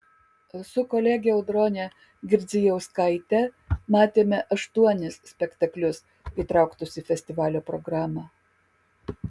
su kolege audrone girdzijauskaite matėme aštuonis spektaklius įtrauktus į festivalio programą